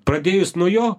pradėjus nuo jo